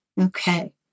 Okay